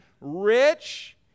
rich